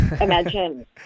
imagine